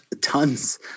tons